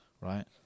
right